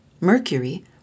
Mercury